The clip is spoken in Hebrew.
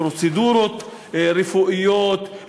לפרוצדורות רפואיות,